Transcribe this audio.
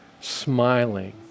smiling